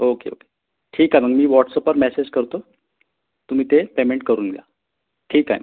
okay okay ठीक आहे मग मी वॉट्सअॅपवर मॅसेज करतो तुम्ही ते पेमेंट करून घ्या ठीक आहे